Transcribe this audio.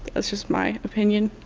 that's just my opinion,